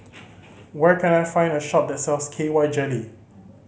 where can I find a shop that sells K Y Jelly